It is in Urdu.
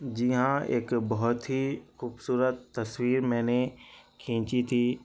جی ہاں ایک بہت ہی خوبصورت تصویر میں نے کھینچی تھی